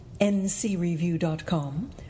ncreview.com